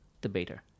debater